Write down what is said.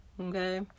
Okay